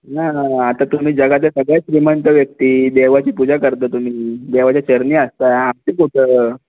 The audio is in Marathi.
नाही नाही नाही आता तुम्ही जगातले सगळ्यांत श्रीमंत व्यक्ती देवाची पूजा करता तुम्ही देवाच्या चरणी असता आपसूक होतं